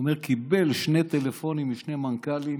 הוא אומר שקיבל שני טלפונים משני מנכ"לים